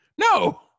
No